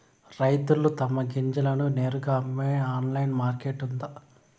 రైతులు తమ గింజలను నేరుగా అమ్మే ఆన్లైన్ మార్కెట్ ఉందా?